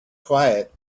quiet